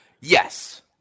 yes